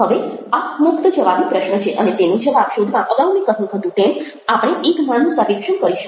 હવે આ મુક્ત જવાબી પ્રશ્ન છે અને તેનો જવાબ શોધવા અગાઉ મેં કહ્યું હતું તેમ આપણે એક નાનું સર્વેક્ષણ કરીશું